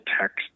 text